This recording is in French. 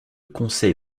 conseil